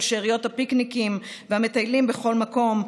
שאריות הפיקניקים והמטיילים בכל מקום,